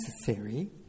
necessary